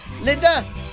Linda